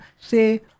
say